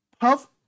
Puff